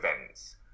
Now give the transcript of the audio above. events